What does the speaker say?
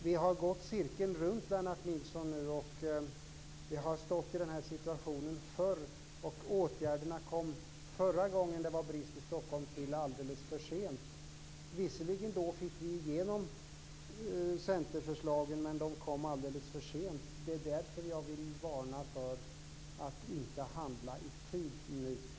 Vi har gått cirkeln runt, Lennart Nilsson. Vi har stått i den här situationen förr. Förra gången det var brist i Stockholm kom åtgärderna till alldeles för sent. Visserligen fick vi då igenom centerförslagen, men alldeles för sent. Det är därför jag vill varna för att inte handla i tid nu.